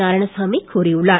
நாராயணசாமி கூறியுள்ளார்